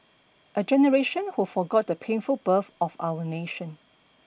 a generation who forgot the painful birth of our nation